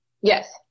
yes